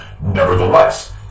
Nevertheless